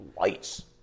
lights